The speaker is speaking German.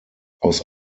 aus